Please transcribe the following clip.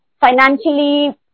financially